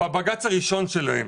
בבג"ץ הראשון שלהם,